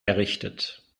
errichtet